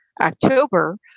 October